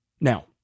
Now